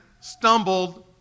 stumbled